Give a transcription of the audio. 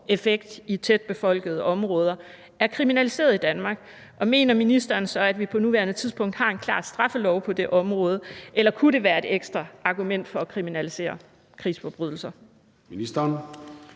effekt i tætbefolkede område er kriminaliseret i Danmark. Mener ministeren så, at vi på nuværende tidspunkt har en klar straffelov på det område? Eller kunne det være et ekstra argument for at kriminalisere krigsforbrydelser?